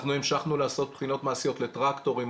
אנחנו המשכנו לעשות בחינות מעשיות לטרקטורים,